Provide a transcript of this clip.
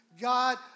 God